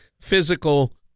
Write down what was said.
physical